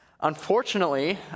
Unfortunately